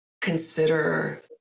consider